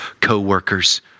co-workers